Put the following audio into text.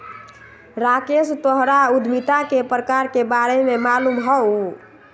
राकेश तोहरा उधमिता के प्रकार के बारे में मालूम हउ